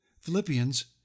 Philippians